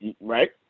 right